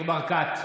ניר ברקת,